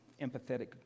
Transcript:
empathetic